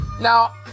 Now